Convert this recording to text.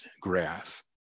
graph